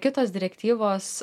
kitos direktyvos